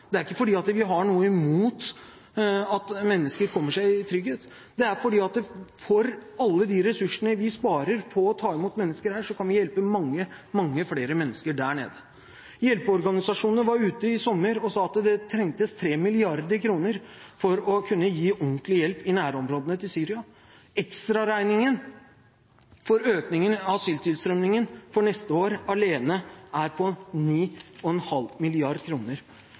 Det er ikke fordi vi har noe imot at mennesker kommer seg i trygghet. Det er på grunn av at for alle de ressursene vi sparer på å ta imot mennesker her, kan vi hjelpe mange, mange flere mennesker der nede. Hjelpeorganisasjonene var ute i sommer og sa at det trengtes 3 mrd. kr for å kunne gi ordentlig hjelp i nærområdene til Syria. Ekstraregningen for økningen i asyltilstrømningen for neste år alene er på 9,5